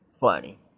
funny